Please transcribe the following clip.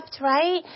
right